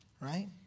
Right